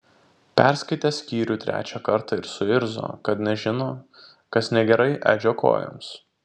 perskaitė skyrių trečią kartą ir suirzo kad nežino kas negerai edžio kojoms